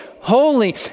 Holy